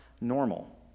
normal